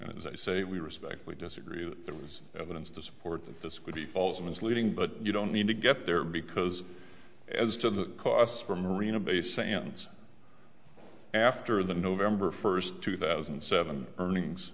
as i say we respectfully disagree that there was evidence to support that this could be false or misleading but you don't need to get there because as to the costs for marina bay sands after the november first two thousand and seven earnings